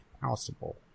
possible